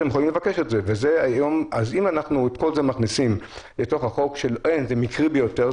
אז אם אנחנו מכניסים את כל זה לתוך החוק ושזה מקרי ביותר,